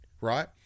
right